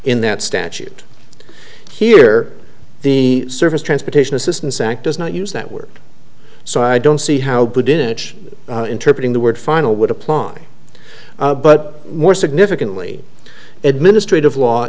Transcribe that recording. in that statute here the surface transportation assistance act does not use that word so i don't see how boudinot interpreted the word final would apply but more significantly administrative law